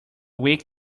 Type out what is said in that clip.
week